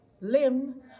limb